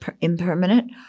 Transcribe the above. impermanent